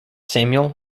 samuel